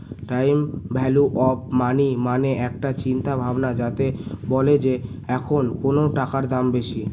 time value of money মানে একটা চিন্তা ভাবনা যাতে বলে যে এখন কোনো টাকার দাম বেশি